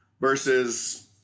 versus